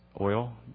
oil